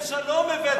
שלום, הבאתם.